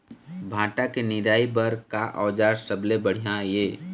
भांटा के निराई बर का औजार सबले बढ़िया ये?